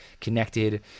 connected